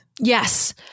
Yes